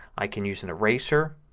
i can use an eraser